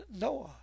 Noah